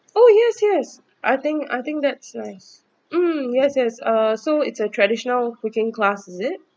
oh yes yes I think I think that's nice mm yes yes uh so it's a traditional cooking class is it